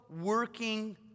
working